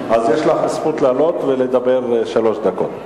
אז יש לך זכות לעלות ולדבר שלוש דקות.